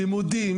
לימודים,